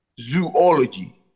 zoology